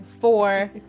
four